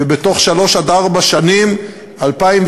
ובתוך שלוש עד ארבע שנים 2,600